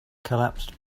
collapsed